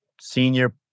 senior